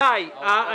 עליהן.